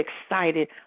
excited